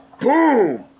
Boom